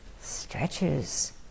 stretches